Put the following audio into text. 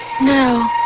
No